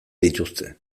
dituzte